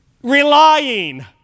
relying